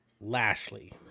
Lashley